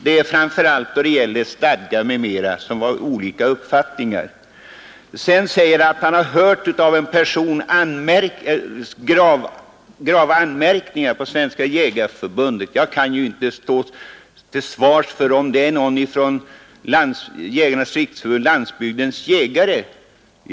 Men även då det gäller stadgar m.m. har vi olika uppfattningar. Sedan säger han, som jag uppfattat det, att han av en person har hört starka anmärkningar mot Svenska jägareförbundet. Jag kan ju inte stå till svars om det är någon från Jägarnas riksförbund-Landsbygdens jägare som gjort sådana uttalanden.